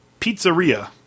Pizzeria